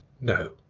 no